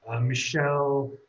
Michelle